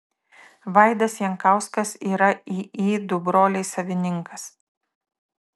vaidas jankauskas yra iį du broliai savininkas